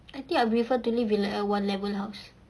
I think I prefer to live in like a one level house